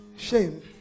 Shame